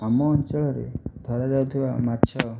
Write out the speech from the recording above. ଆମ ଅଞ୍ଚଳରେ ଧରାଯାଇଥିବା ମାଛ